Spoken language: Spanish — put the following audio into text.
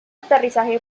aterrizaje